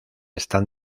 están